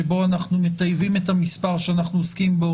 שבו אנחנו מטייבים את המספר שאנחנו עוסקים בו